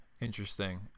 interesting